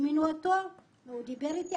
הזמינו אותו והוא דיבר איתי.